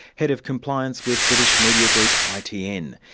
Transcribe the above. head of compliance with british media group itn.